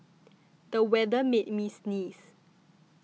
the weather made me sneeze